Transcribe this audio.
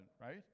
right